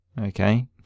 okay